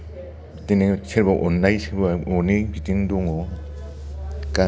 बिदिनो सोरबा अन्नाय सोरबा अनै बिदिनो दङ गामिफ्राव